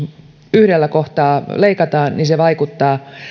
yhdellä kohtaa leikataan niin se vaikuttaa